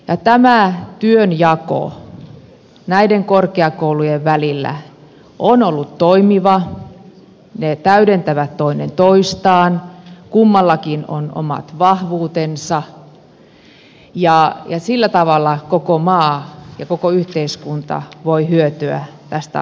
tämä työnjako näiden korkeakoulujen välillä on ollut toimiva ne täydentävät toinen toistaan kummallakin on omat vahvuutensa ja sillä tavalla koko maa ja koko yhteiskunta voi hyötyä tästä asiasta